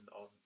on